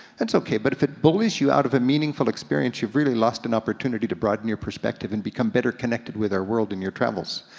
that's okay, but if it bullies you out of a meaningful experience you've really lost an opportunity to broaden your perspective and become better connected with our world and your travels.